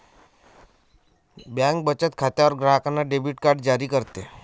bank बचत खात्यावर ग्राहकांना डेबिट कार्ड जारी करते